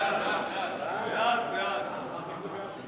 ההצעה להעביר את הצעת חוק